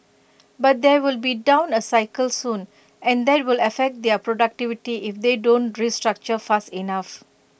but there will be down A cycle soon and that will affect their productivity if they don't restructure fast enough